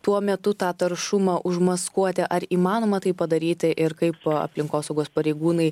tuo metu tą taršumą užmaskuoti ar įmanoma tai padaryti ir kaip to aplinkosaugos pareigūnai